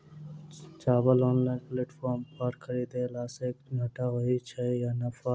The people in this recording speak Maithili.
चावल ऑनलाइन प्लेटफार्म पर खरीदलासे घाटा होइ छै या नफा?